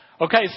Okay